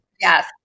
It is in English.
Yes